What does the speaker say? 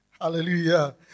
Hallelujah